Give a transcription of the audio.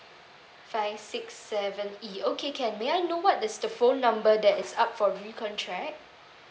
five six seven E okay can may I know what is the phone number that is up for recontract